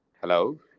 Hello